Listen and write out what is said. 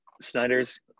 Snyder's